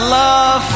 love